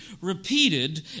repeated